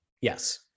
Yes